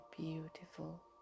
beautiful